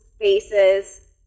faces